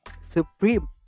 supreme